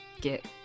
get